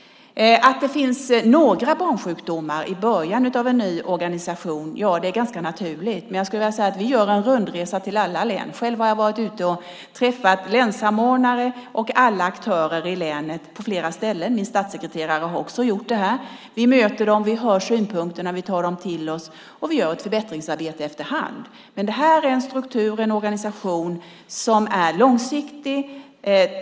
Att det i början med en ny organisation finns några barnsjukdomar är ganska naturligt. Vi gör en rundresa och besöker alla län. Själv har jag varit ute och träffat länssamordnare och alla aktörer i länet - på flera ställen. Min statssekreterare har också gjort det. Vi möter länssamordnarna, hör synpunkterna och tar till oss dessa. Efter hand gör vi ett förbättringsarbete. Det här är en struktur, organisation, som är långsiktig.